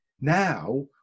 now